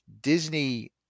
Disney